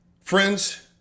Friends